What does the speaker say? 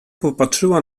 popatrzyła